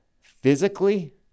physically